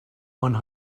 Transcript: one